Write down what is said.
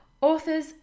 authors